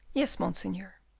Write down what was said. yes monseigneur.